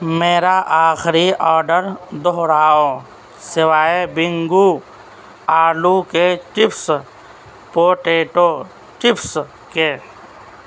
میرا آخری آڈر دہراؤ سوائے بنگو آلو کے چپس پوٹیٹو چپس کے